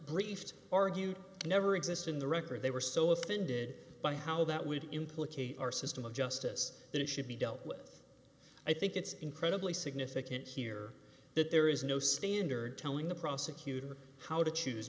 briefed argued never exist in the record they were so offended by how that would implicate our system of justice that it should be dealt with i think it's incredibly significant here that there is no standard telling the prosecutor how to choose